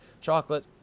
chocolate